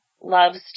loves